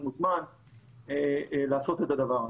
הוא מוזמן לעשות את הדבר הזה.